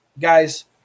guys